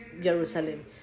Jerusalem